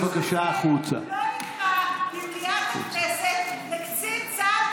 בבקשה להעיר לדובר שלא יקרא לקצין צה"ל